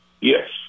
Yes